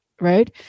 right